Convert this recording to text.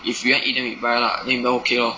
if you want then we buy lor if 你们 okay lor